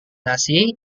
nasi